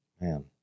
Man